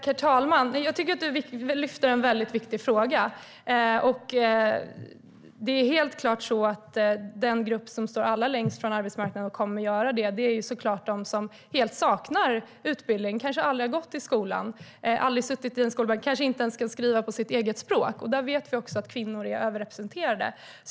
Herr talman! Jag tycker att du lyfter upp en viktig fråga. De som står allra längst från arbetsmarknaden är helt klart de som saknar utbildning. De kanske aldrig har gått i skolan och kanske inte ens kan skriva på sitt eget språk. Där vet vi att kvinnor är överrepresenterade.